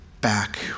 back